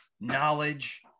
knowledge